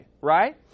right